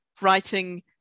writing